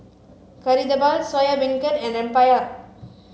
kari debal soya beancurd and rempeyek